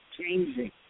changing